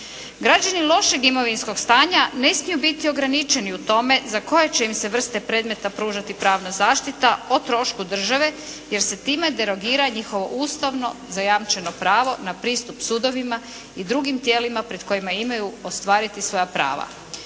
Građani lošeg imovinskog stanja ne smiju biti ograničeni u tome za koje će im se vrste predmeta pružati pravna zaštita o trošku države jer se time derogira njihovo ustavno zajamčeno pravo na pristup sudovima i drugim tijelima pred kojima imaju ostvariti svoja prava.